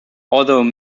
although